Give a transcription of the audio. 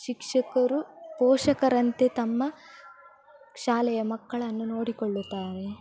ಶಿಕ್ಷಕರು ಪೋಷಕರಂತೆ ತಮ್ಮ ಶಾಲೆಯ ಮಕ್ಕಳನ್ನು ನೋಡಿಕೊಳ್ಳುತ್ತಾರೆ